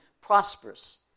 prosperous